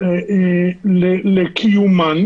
לקיומן